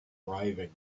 arriving